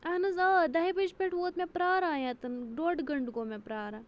اہن حظ آ دَہہِ بَجہِ پٮ۪ٹھ ووت مےٚ پیٛاران ییٚتٮ۪ن ڈۄڈ گٲنٛٹہٕ گوٚو مےٚ پیٛاران